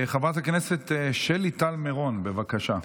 חברת הכנסת שלי טל מירון, בבקשה.